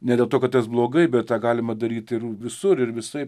ne dėl to kad tas blogai bet tą galima daryt ir visur ir visaip